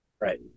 Right